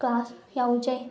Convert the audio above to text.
class ꯌꯥꯎꯖꯩ